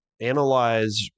analyze